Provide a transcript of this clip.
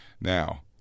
Now